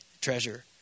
treasure